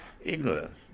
ignorance